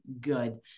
good